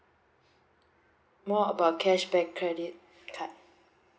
more about cashback credit card